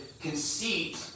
conceit